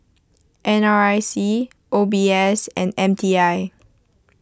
N R I C O B S and M T I